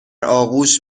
آغوش